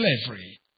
slavery